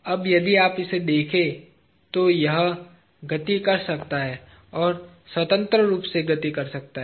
अब यदि आप इसे देखें तो यह गति कर सकता है और यह स्वतंत्र रूप से गति कर सकता है